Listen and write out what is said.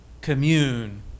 commune